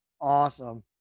awesome